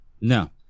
No